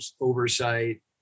oversight